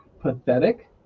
pathetic